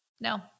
No